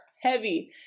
heavy